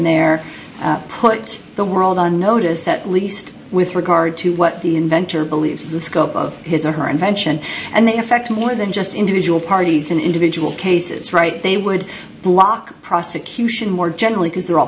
their puts the world on notice at least with regard to what the inventor believes the scope of his or her invention and they affect more than just individual parties in individual cases right they would block prosecution more generally because they're all